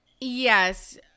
yes